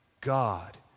God